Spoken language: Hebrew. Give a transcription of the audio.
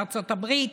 בארצות הברית,